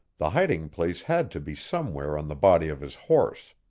the hiding place had to be somewhere on the body of his horse.